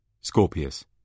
Scorpius